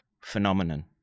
phenomenon